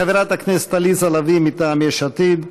חברת הכנסת עליזה לביא, מטעם יש עתיד,